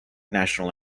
national